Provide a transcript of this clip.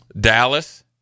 Dallas